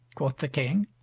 quoth the king.